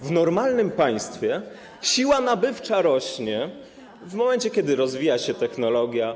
W normalnym państwie siła nabywcza rośnie w momencie, kiedy rozwija się technologia.